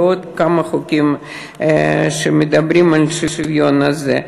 ועוד כמה חוקים שמדברים על השוויון הזה.